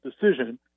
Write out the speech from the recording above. decision